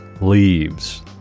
leaves